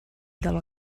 del